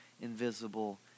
invisible